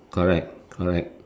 correct correct